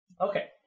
Okay